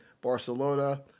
Barcelona